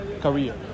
career